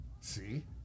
See